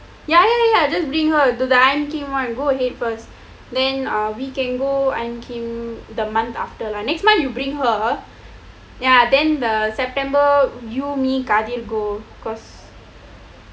ya ya ya just bring her I ok [one] go ahead first then ah we can go I'm kim the month after lah next month you bring her ya then the september you me kardian go cause